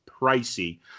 pricey